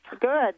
Good